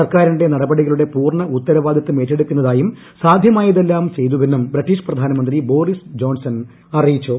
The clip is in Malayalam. സർക്കാരിന്റെ നടപടികളുടെ പൂർണ്ണ ഉത്തരവാദിത്വം ഏറ്റെടുക്കുന്നതായും സാധ്യമായതെല്ലാം ചെയ്തുവെന്നും ബ്രിട്ടീഷ് പ്രധാനമന്ത്രി ബോറിസ് ജോൺസൺ അറിയിച്ചു